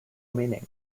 meaning